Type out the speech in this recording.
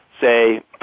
say